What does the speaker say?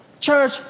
Church